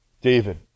David